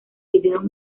vídeos